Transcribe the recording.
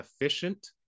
efficient